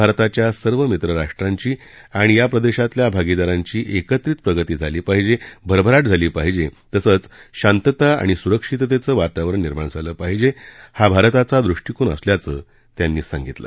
भारताच्या सर्व मित्रराष्ट्रांची आणि या प्रदेशातल्या भागीदारांची एकत्रित प्रगती झाली पाहिजे भरभराट झाली पाहिजे तसंच शांतता आणि सुरक्षिततेचं वातावरण निर्माण झालं पाहिजे हा भारताचा दृष्टिकोन असल्याचं त्यांनी सांगितलं